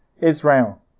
Israel